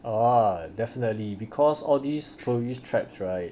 err definitely because all these tourist traps right